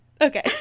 Okay